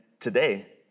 today